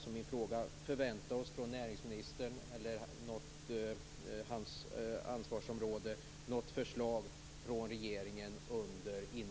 Kan vi förvänta oss från näringsministern och hans ansvarsområde något regeringsförslag under innevarande vår?